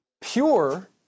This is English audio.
pure